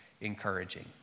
encouraging